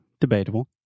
debatable